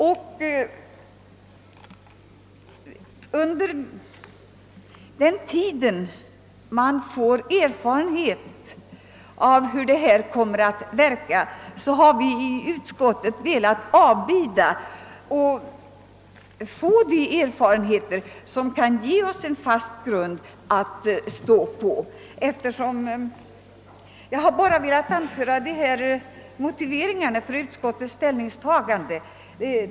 Vi har inom utskottet velat avbida utvecklingen under den tid man skaffar sig erfarenheter om hur de oli ka åtgärderna verkar — erfarenheter som kan ge oss en fast grund att stå på. Herr talman! Jag har endast velat anföra dessa motiveringar till utskottets ställningstagande.